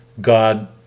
God